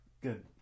good